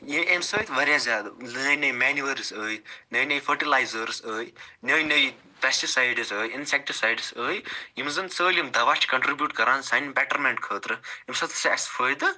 ییٚلہِ اَمہِ سۭتۍ واریاہ زیادٕ نٔے نٔے مینوٲرٕس ٲے نٔے نٔے فٔرٹِلازٲرٕس ٲے نٔے نٔے پیٚسٹِسایڈٕس ٲے اِنسیٚکٹِسایڈٕس ٲے یِم زَن سٲلِم دوا چھِ کَنٹرٛبٖٛوٗٹ کران سانہِ بیٚٹرمیٚنٛٹ خٲطرٕ ییٚمہِ ساتہٕ سُہ اسہِ فٲیدٕ